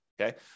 okay